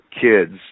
kid's